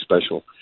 special